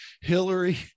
hillary